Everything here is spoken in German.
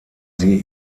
sie